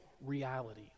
reality